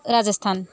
Rajasthan